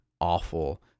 awful